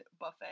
buffet